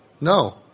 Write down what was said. No